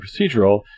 procedural